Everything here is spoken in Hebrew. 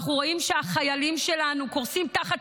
אנחנו רואים שהחיילים שלנו קורסים תחת